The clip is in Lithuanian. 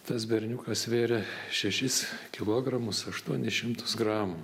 tas berniukas svėrė šešis kilogramus aštuonis šimtus gramų